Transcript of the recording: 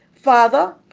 Father